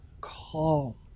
call